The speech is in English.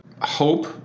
hope